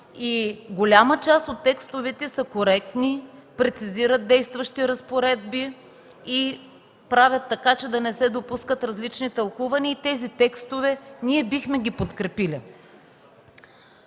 и голяма част от текстовете са коректни, прецизират действащи разпоредби и правят така, че да не се допускат различни тълкувания. Тези текстове ние бихме ги подкрепили.